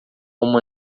uma